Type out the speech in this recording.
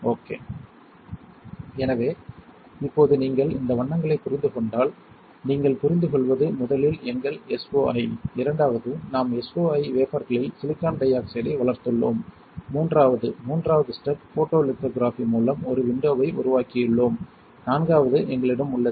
okay எனவே இப்போது நீங்கள் இந்த வண்ணங்களைப் புரிந்து கொண்டால் நீங்கள் புரிந்துகொள்வது முதலில் எங்கள் SOI இரண்டாவது நாம் SOI வேஃபர்களில் சிலிக்கான் டை ஆக்சைடை வளர்த்துள்ளோம் மூன்றாவது மூன்றாவது ஸ்டெப் போட்டோலிதொகிரபி மூலம் ஒரு விண்டோவை உருவாக்கியுள்ளோம் நான்காவது எங்களிடம் உள்ளது